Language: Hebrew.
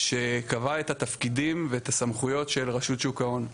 שקבע את התפקידים ואת הסמכויות של רשות שוק ההון.